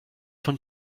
von